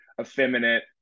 effeminate